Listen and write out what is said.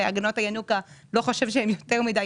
והגנות הינוקא הן לא יותר מדי,